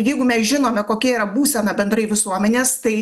jeigu mes žinome kokia yra būsena bendrai visuomenės tai